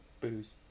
booze